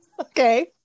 Okay